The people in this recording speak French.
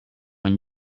une